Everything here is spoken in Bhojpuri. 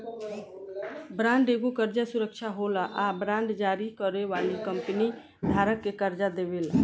बॉन्ड एगो कर्जा सुरक्षा होला आ बांड जारी करे वाली कंपनी धारक के कर्जा देवेले